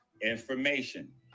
information